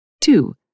Two